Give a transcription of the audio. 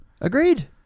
Agreed